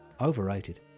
overrated